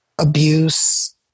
abuse